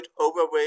overweight